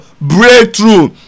Breakthrough